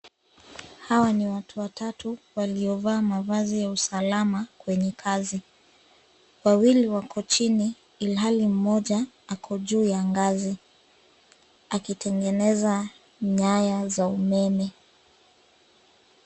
Hawa ni watu watatu waliovaa mavazi ya usalama kwenye kazi. Wawili wako chini, ilhali mmoja ako juu ya ngazi akitengeneza nyaya za umeme.